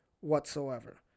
whatsoever